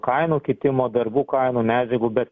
kainų kitimo darbų kainų medžiagų be